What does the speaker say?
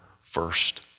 first